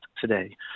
today